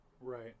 right